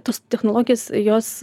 tos technologijos jos